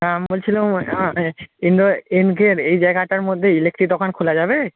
হ্যাঁ আমি বলছিলাম ইন্দোর ইঙ্কের এই জায়গাটার মধ্যে ইলেকট্রিক দোকান খোলা যাবে